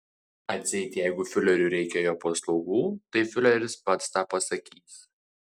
atseit jeigu fiureriui reikia jo paslaugų tai fiureris pats tą pasakys